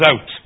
out